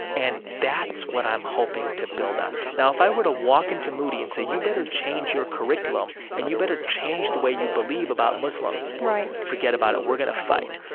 and that's what i'm hoping to build on. ah now, if i were to walk into moody and say, you better change your curriculum and you better change the way you believe about muslims, right, forget about it, we're going to fight.